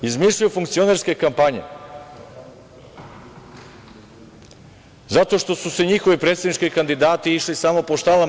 Izmišljaju funkcionerske kampanje, zato što su njihovi predsednički kandidati išli samo po štalama.